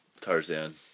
Tarzan